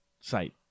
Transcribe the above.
site